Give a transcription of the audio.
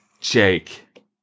Jake